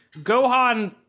Gohan